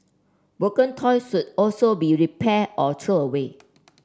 broken toys should also be repaired or throw away